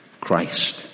Christ